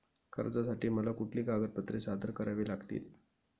कर्जासाठी मला कुठली कागदपत्रे सादर करावी लागतील?